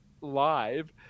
live